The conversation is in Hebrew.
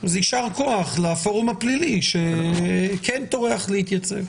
יישר כוח לפורום הפלילי שכן טורח להתייצב.